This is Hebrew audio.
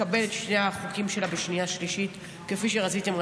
תקבל את שני החוקים שלה בשנייה ושלישית כפי שרציתם,